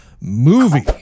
Movie